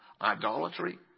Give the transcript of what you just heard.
idolatry